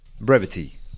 Brevity